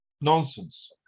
Nonsense